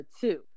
two